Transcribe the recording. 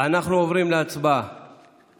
להצבעה